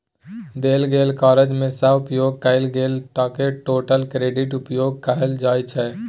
देल गेल करजा मे सँ उपयोग कएल गेल टकाकेँ टोटल क्रेडिट उपयोग कहल जाइ छै